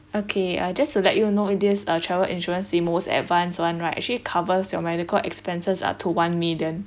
okay I just to let you know this uh travel insurance the most advanced [one] right actually covers your medical expenses up to one million